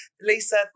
Lisa